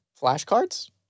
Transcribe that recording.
flashcards